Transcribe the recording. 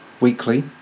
weekly